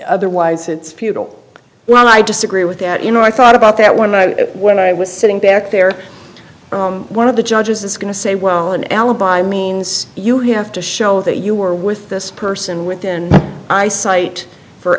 otherwise it's futile when i disagree with that you know i thought about that when i when i was sitting back there one of the judges is going to say well an alibi means you have to show that you were with this person within eyesight for